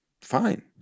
fine